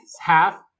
half